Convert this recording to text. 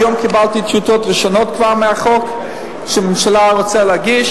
היום כבר קיבלתי טיוטות ראשונות של החוק שהממשלה רוצה להגיש.